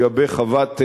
לגבי חוות "מזור".